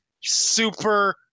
super